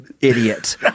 idiot